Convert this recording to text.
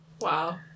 Wow